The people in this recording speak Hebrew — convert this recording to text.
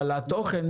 אבל התוכן,